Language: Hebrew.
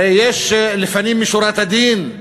הרי יש לפנים משורת הדין,